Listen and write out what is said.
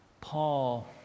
Paul